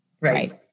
Right